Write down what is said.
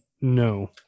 no